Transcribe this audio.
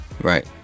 Right